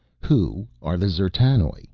who are the d'zertanoj?